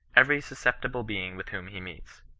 every susceptible being with whom he meets.